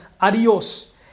adios